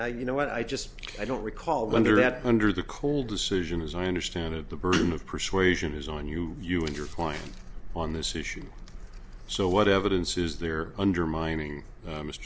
and you know what i just i don't recall wonder that under the cold decision as i understand it the burden of persuasion is on you you and your client on this issue so what evidence is there undermining